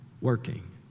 working